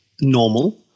normal